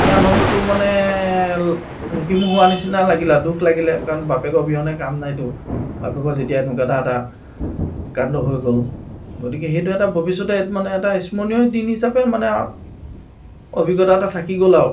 সেই আনন্দটো মানে নোহোৱা নিচিনা লাগিলে আৰু দুখ লাগিলে কাৰণ বাপেকে অবিহনে কাম নাইটো বাপেকৰ যেতিয়া এনেকুৱা এটা কাণ্ড হৈ গ'ল গতিকে সেইটো এটা ভৱিষ্যতে মানে এইটো এটা মানে স্মৰণীয় দিন হিচাপে মানে অভিজ্ঞতা এটা থাকি গ'ল আৰু